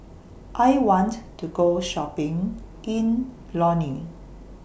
I want to Go Shopping in Lome